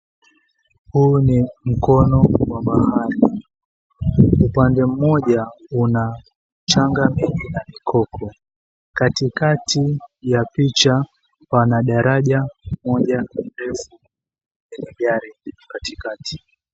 Huu ni mkono wa bahari. Upande mmoja una mchanga mingi na mikoko. Katikati ya picha pana daraja moja refu lenye gari katikati.